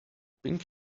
pink